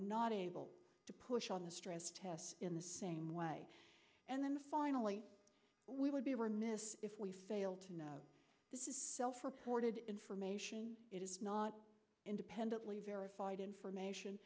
not able to push on the stress tests in the same way and then finally we would be remiss if we fail to note this is self reported information it is not independently verified information